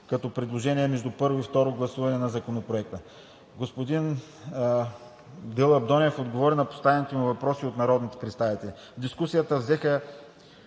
като предложения между първо и второ гласуване на Законопроекта. Господин Гълъб Донев отговори на поставените му въпроси от народните представители. В дискусията взе